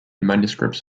manuscripts